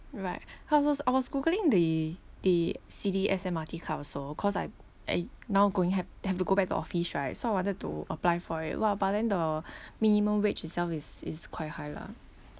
right I was als~ I was googling the the citi S_M_R_T card also cause I I now going have have to go back to office right so I wanted to apply for it !wah! but then the minimum wage itself is is quite high lah